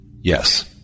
Yes